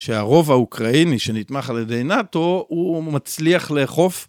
שהרוב האוקראיני שנתמך על ידי נאט"ו הוא מצליח לאכוף